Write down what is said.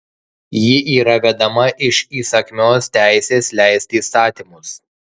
ji yra vedama iš įsakmios teisės leisti įstatymus